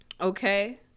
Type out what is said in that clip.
Okay